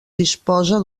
disposa